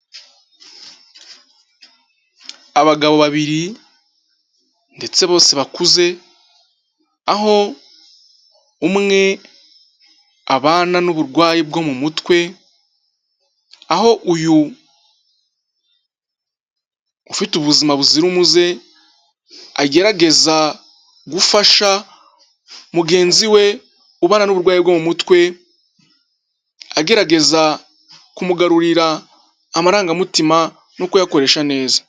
Abagabo babiri ndetse bose bakuze, aho umwe abana n'uburwayi bwo mu mutwe, aho uyu ufite ubuzima buzira umuze, agerageza gufasha mugenzi we ubana n'uburwayi bwo mu mutwe, agerageza kumugarurira amarangamutima no kuyakoresha neza.